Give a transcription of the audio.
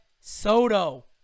Soto